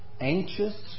anxious